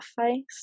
face